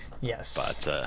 Yes